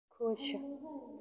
ਖੁਸ਼